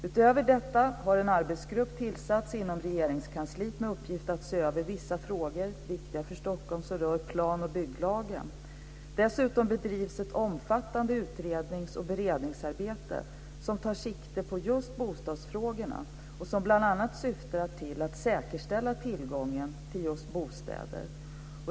Utöver detta har en arbetsgrupp tillsatts inom Regeringskansliet med uppgift att se över vissa frågor, som är viktiga för Stockholm, som rör plan och bygglagen. Dessutom bedrivs ett omfattande utrednings och beredningsarbete som tar sikte på just bostadsfrågorna och som bl.a. syftar till att säkerställa tillgången till bostäder.